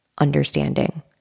understanding